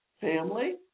family